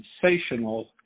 sensational